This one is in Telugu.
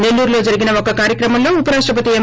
సెల్లూరులో జరిగిన ఒక కార్యక్రమంలో ఉపరాష్టపతి ఎం